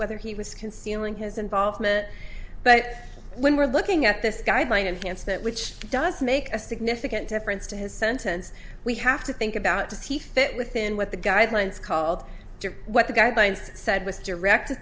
whether he was concealing his involvement but when we're looking at this guideline against that which does make a significant difference to his sentence we have to think about does he fit within what the guidelines called what the guidelines said with direct